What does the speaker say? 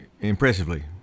impressively